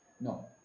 No